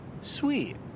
sweet